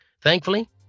Thankfully